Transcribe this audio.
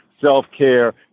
self-care